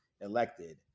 elected